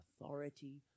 authority